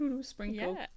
sprinkle